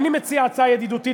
אני מציע הצעה ידידותית,